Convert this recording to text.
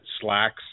slacks